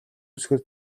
үсгээр